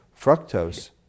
Fructose